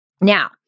Now